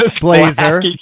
Blazer